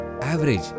average